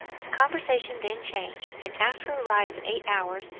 the conversation then changed, and, after a ride of eight hours,